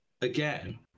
again